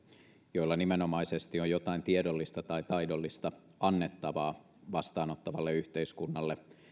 joilla nimenomaisesti on jotain tiedollista tai taidollista annettavaa vastaanottavalle yhteiskunnalle